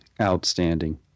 Outstanding